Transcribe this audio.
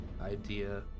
idea